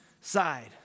side